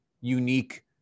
unique